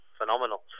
phenomenal